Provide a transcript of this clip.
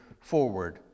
forward